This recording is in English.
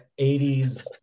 80s